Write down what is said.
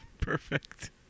perfect